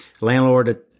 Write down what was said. Landlord